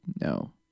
no